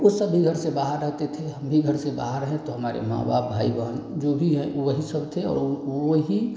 वह सब भी घर से बाहर रहते थे हम भी घर से बाहर हैं तो हमारे माँ बाप भाई बहन जो भी हैं वही सब थे और वही